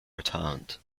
retirement